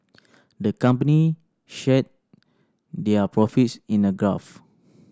the company share their profits in a graph